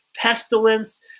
pestilence